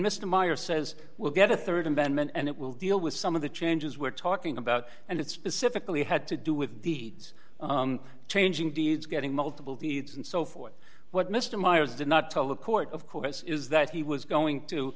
mr meyer says we'll get a rd investment and it will deal with some of the changes we're talking about and it specifically had to do with deeds changing deeds getting multiple feeds and so forth what mr myers did not tell the court of course is that he was going to